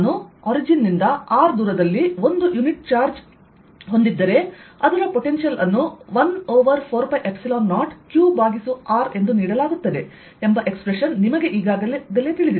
ನಾನು ಆರಿಜಿನ್ ದಿಂದ r ದೂರದಲ್ಲಿ ಒಂದು ಯುನಿಟ್ಚಾರ್ಜ್ ಹೊಂದಿದ್ದರೆ ಅದರ ಪೊಟೆನ್ಶಿಯಲ್ ಅನ್ನು 1 ಓವರ್ 4π0 qr ಎಂದು ನೀಡಲಾಗುತ್ತದೆ ಎಂಬ ಎಕ್ಸ್ಪ್ರೆಶನ್ ನಿಮಗೆ ಈಗಾಗಲೇ ತಿಳಿದಿದೆ